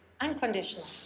unconditional